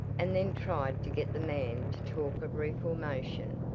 and then tried to get the man to talk of reformation,